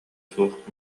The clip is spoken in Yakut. суох